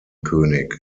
könig